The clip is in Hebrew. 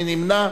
מי נמנע?